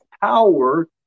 power